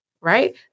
right